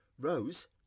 Rose